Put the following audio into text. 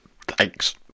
Thanks